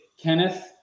Kenneth